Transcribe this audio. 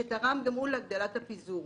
מה שתורם גם הוא להגדלת הפיזור.